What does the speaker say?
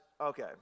okay